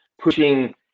pushing